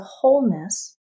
wholeness